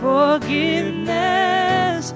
Forgiveness